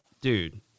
dude